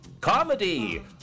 comedy